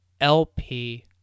LP